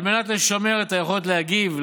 העיר אילת, מעבר